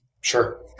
sure